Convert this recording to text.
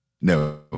No